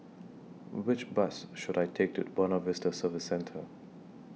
Which Bus should I Take to Buona Vista Service Centre